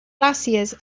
glaciers